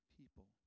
people